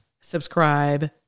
subscribe